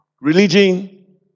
Religion